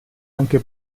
anche